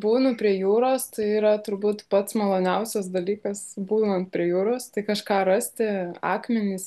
būnu prie jūros tai yra turbūt pats maloniausias dalykas būnant prie jūros kažką rasti akmenys